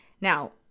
now